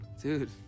Dude